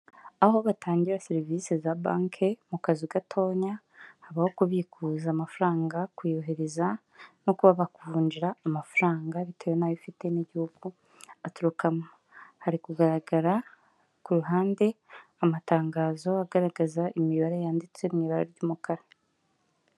Aho batangira serivisi za banki mu kazi gatonya, habaho kubikuza amafaranga kuyohereza no kuba bakuvunjira amafaranga bitewe n'ayo ifite n'igihugu aturukamo, hari kugaragara ku ruhande amatangazo agaragaza imibare yanditse mu ibara ry'umukara.